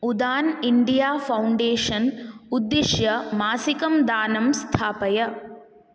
Udaan India foundation उद्दिश्य मासिकं दानं स्थापय